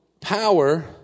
power